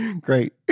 Great